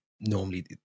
normally